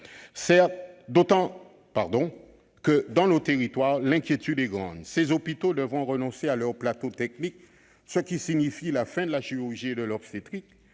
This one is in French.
d'autant que, dans nos territoires, l'inquiétude est grande. Ces hôpitaux devront renoncer à leurs plateaux techniques, ce qui signifie la fin de la chirurgie et de l'obstétrique.